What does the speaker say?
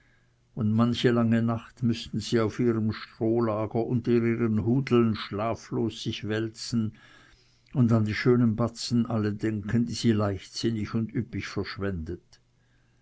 und manche lange nacht müßten sie auf ihrem strohlager unter ihren hudeln schlaflos sich wälzen und an die schönen batzen alle denken die sie leichtsinnig und üppig verschwendet